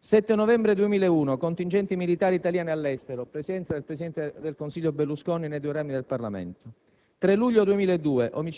7 novembre 2001, contingenti militari italiani all'estero: presenza del presidente del Consiglio Berlusconi nei due rami del Parlamento;